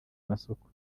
masoko